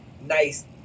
nice